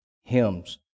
hymns